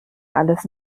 alles